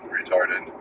retarded